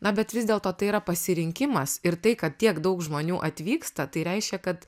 na bet vis dėlto tai yra pasirinkimas ir tai kad tiek daug žmonių atvyksta tai reiškia kad